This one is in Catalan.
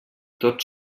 tots